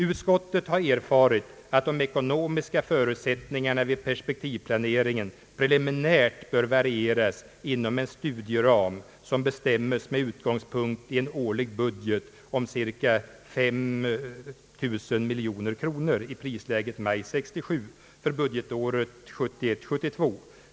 Utskottet har erfarit att de ekonomiska förutsättningarna vid perspektivplaneringen preliminärt bör varieras inom en studieram som bestäms med utgångspunkt i en årlig budget om cirka 5000 miljoner kronor i prisläget maj 1967 för budgetåret 1971/ 72.